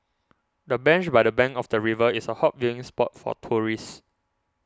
the bench by the bank of the river is a hot viewing spot for tourists